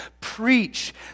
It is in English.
Preach